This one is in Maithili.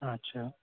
अच्छा